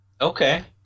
Okay